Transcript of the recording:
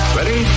Ready